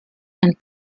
and